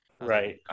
Right